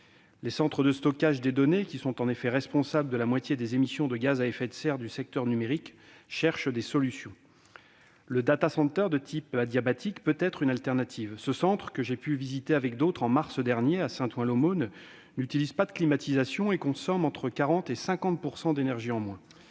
Les centres de stockage de données, qui sont en effet responsables de la moitié des émissions de gaz à effet de serre du secteur numérique, cherchent des solutions. Le de type adiabatique peut être une de ces solutions. Le centre que j'ai visité en mars dernier à Saint-Ouen-l'Aumône n'utilise pas de climatisation et consomme entre 40 % et 50 % d'énergie en moins